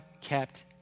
kept